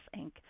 Inc